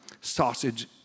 sausage